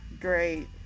great